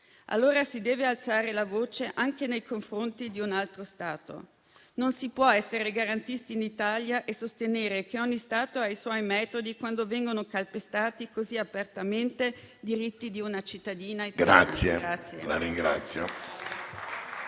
Si deve alzare la voce, allora, anche nei confronti di un altro Stato. Non si può essere garantisti in Italia e sostenere che ogni Stato ha i suoi metodi, quando vengono calpestati così apertamente i diritti di una cittadina italiana.